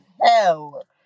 Hell